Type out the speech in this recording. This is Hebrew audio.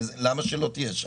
למה שלא תהיה שם?